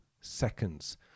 seconds